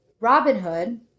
Robinhood